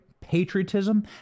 patriotism